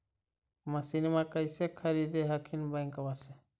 मसिनमा कैसे खरीदे हखिन बैंकबा से?